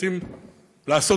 רוצים לעשות,